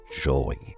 joy